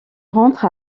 rentre